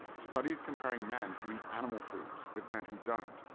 studies comparing men who eat animal foods, with men who don't,